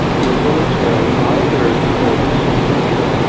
the military either declared itself neutral,